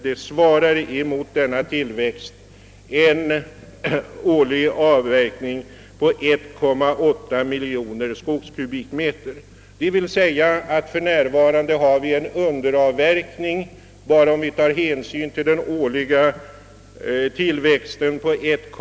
Vi har sålunda för närvarande en underavverkning på 1,4 miljon skogskubikmeter, om hänsyn bara tas till den årliga tillväxten.